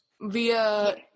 via –